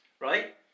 right